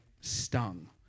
stung